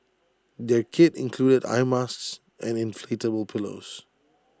their kit included eye masks and inflatable pillows